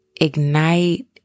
ignite